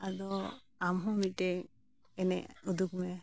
ᱟᱫᱚ ᱟᱢ ᱦᱚᱸ ᱢᱤᱫᱴᱮᱱ ᱮᱱᱮᱡ ᱩᱫᱩᱜᱽ ᱢᱮ